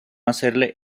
hacerle